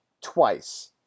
twice